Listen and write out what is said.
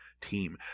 team